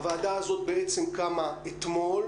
הוועדה הזאת קמה אתמול,